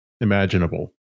imaginable